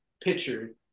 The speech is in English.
pitcher